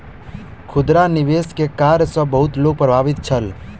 खुदरा निवेश के कार्य सॅ बहुत लोक प्रभावित छल